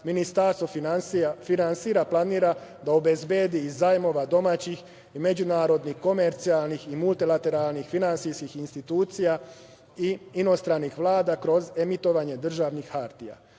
Ministarstvo finansija planira da obezbedi iz zajmova domaćih i međunarodnih komercijalnih i multilateralnih finansijskih institucija i inostranih vlada, kroz emitovanje državnih hartija.